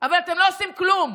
אבל אתם לא עושים כלום,